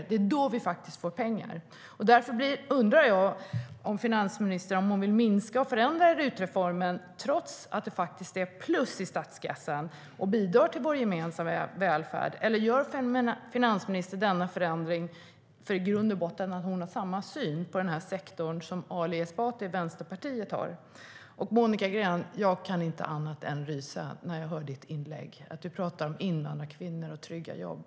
Det är då vi får pengar. Jag kunde inte annat än rysa när jag hörde Monica Greens inlägg. Hon pratade om invandrarkvinnor och trygga jobb.